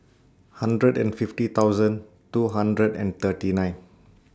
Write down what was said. hundred and fifty thousand two hundred and thirty nine